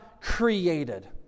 created